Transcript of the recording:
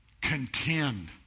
contend